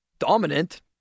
dominant